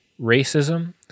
racism